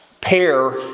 pair